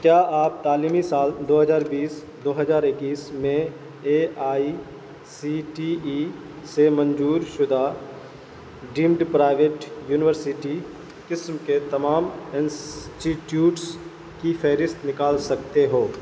کیا آپ تعلیمی سال دو ہزار بیس دو ہزار اکیس میں A I C T E سے منظور شدہ ڈیمڈ پرائیویٹ یونیورسٹی قسم کے تمام انسٹیٹیوٹس کی فہرست نکال سکتے ہو